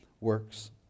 works